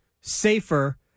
safer